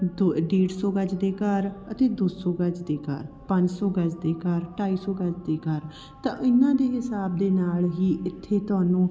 ਦੋ ਡੇਢ ਸੌ ਗਜ ਦੇ ਘਰ ਅਤੇ ਦੋ ਸੌ ਗਜ ਦੇ ਘਰ ਪੰਜ ਸੌ ਗਜ ਦੇ ਘਰ ਢਾਈ ਸੌ ਗਜ ਦੇ ਘਰ ਤਾਂ ਇਹਨਾਂ ਦੇ ਹਿਸਾਬ ਦੇ ਨਾਲ ਹੀ ਇੱਥੇ ਤੁਹਾਨੂੰ